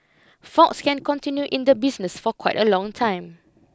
Fox can continue in the business for quite a long time